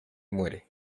muere